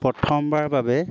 প্ৰথমবাৰ বাবে